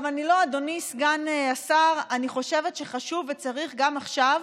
אדוני סגן השר, אני חושבת שחשוב וצריך גם עכשיו